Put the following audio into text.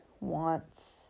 wants